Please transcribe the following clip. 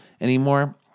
anymore